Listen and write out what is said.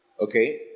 Okay